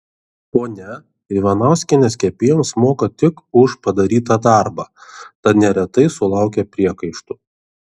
ponia ivanauskienės kepėjoms moka tik už padarytą darbą tad neretai sulaukia priekaištų